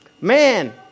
Man